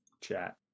chat